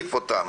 ולהחריף אותם.